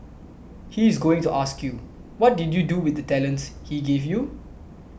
he is going to ask you what did you do with the talents he gave you